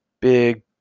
big